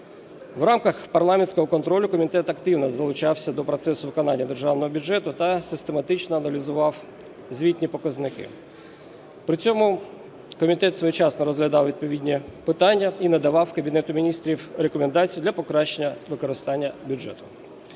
В рамках парламентського контролю комітет активно залучався до процесу виконання державного бюджету та систематично аналізував звітні показники. При цьому комітет своєчасно розглядав відповідні питання і надавав Кабінету Міністрів рекомендації для покращення використання бюджету.